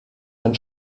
ein